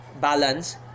balance